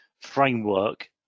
framework